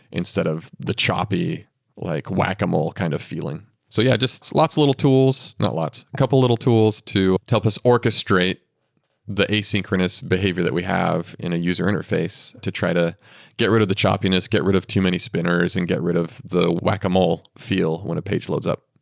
instead of the choppy like whack-a-mole kind of feeling so yeah, just lots of little tools. not lots. a couple little tools to help us orchestrate the asynchronous behavior that we have in a user interface to try to get rid of the choppiness, get rid of too many spinners and get rid of the whack-a-mole feel when a page loads up